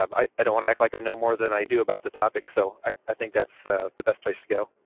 um i i don't wanna act like i know more than i do about the topic, so i i think that's the the best place to go.